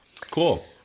Cool